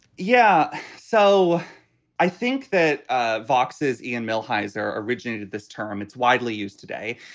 yeah. so i think that ah vox's ian millhiser originated this term. it's widely used today.